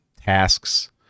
tasks